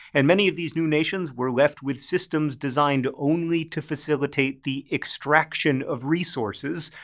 and many of these new nations were left with systems designed only to facilitate the extraction of resources,